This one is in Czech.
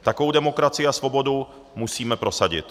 Takovou demokracii a svobodu musíme prosadit.